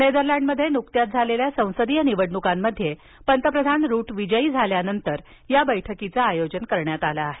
नेदरलॅंडमध्ये नुकत्याच झालेल्या संसदीय निवडणुकांमध्ये पंतप्रधान रुट विजयी झाल्यानंतर या बैठकीचं आयोजन करण्यात आलं आहे